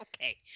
Okay